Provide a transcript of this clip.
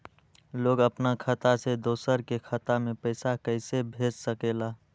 लोग अपन खाता से दोसर के खाता में पैसा कइसे भेज सकेला?